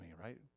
right